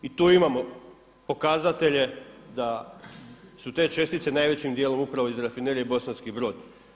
I tu imamo pokazatelje da su te čestice najvećim dijelom upravo iz Rafinerije Bosanski Brod.